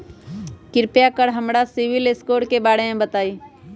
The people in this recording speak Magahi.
कृपा कर के हमरा सिबिल स्कोर के बारे में बताई?